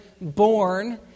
born